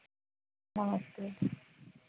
नमस्ते